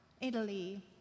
Italy